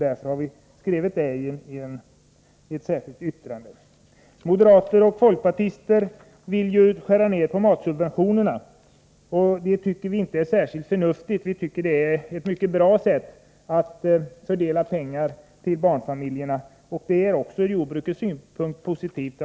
Detta har vi skrivit i ett särskilt yttrande. Moderater och folkpartister vill skära ner på matsubventionerna. Det tycker vi inte är särskilt förnuftigt. Vi tycker att detta är ett mycket bra sätt att fördela pengar till barnfamiljerna. Det är också ur jordbrukets synpunkt positivt.